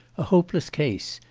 a hopeless case,